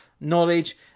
knowledge